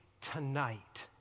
tonight